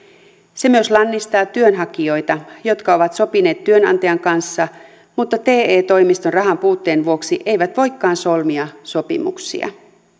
se myös lannistaa työnhakijoita jotka ovat sopineet työnantajan kanssa mutta te toimiston rahanpuutteen vuoksi eivät voikaan solmia sopimuksia